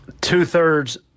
two-thirds